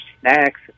snacks